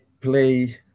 play